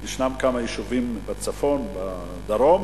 ישנם כמה יישובים בצפון ובדרום,